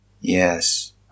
Yes